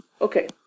Okay